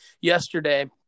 yesterday